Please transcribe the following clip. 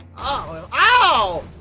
oh. ow!